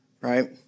Right